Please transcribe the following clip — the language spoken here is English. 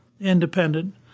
independent